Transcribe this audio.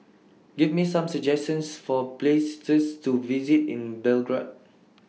Give Me Some suggestions For Places to visit in Belgrade